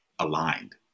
Aligned